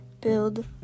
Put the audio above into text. build